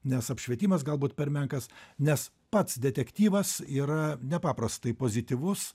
nes apšvietimas galbūt per menkas nes pats detektyvas yra nepaprastai pozityvus